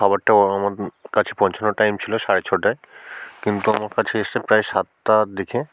খাবারটা ও আমার কাছে পৌঁছানোর টাইম ছিলো সাড়ে ছটায় কিন্তু আমার কাছে এসেছে প্রায় সাতটার দিকে